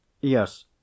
Yes